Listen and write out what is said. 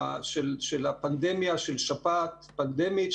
של שפעת פנדמית,